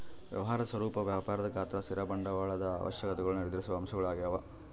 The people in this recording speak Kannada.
ವ್ಯವಹಾರದ ಸ್ವರೂಪ ವ್ಯಾಪಾರದ ಗಾತ್ರ ಸ್ಥಿರ ಬಂಡವಾಳದ ಅವಶ್ಯಕತೆಗುಳ್ನ ನಿರ್ಧರಿಸುವ ಅಂಶಗಳು ಆಗ್ಯವ